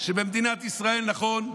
שבמדינת ישראל, נכון,